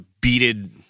beaded